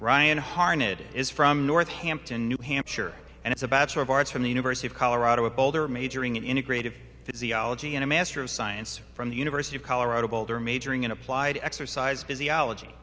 ryan harnett is from north hampton new hampshire and it's a bachelor of arts from the university of colorado at boulder majoring in integrative physiology and a master of science from the university of colorado boulder majoring in applied exercise physiology